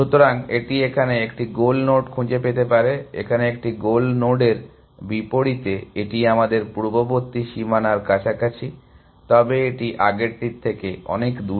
সুতরাং এটি এখানে একটি গোল নোড খুঁজে পেতে পারে এখানে একটি গোল নোডের বিপরীতে এটি আমাদের পূর্ববর্তী সীমানার কাছাকাছি তবে এটি আগেরটির থেকে অনেক দূরে